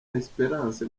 espérance